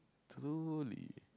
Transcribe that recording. truly